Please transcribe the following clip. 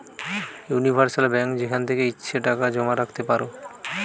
universal bank যেখান থেকে ইচ্ছে টাকা জমা রাখতে পারো